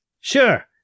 Sure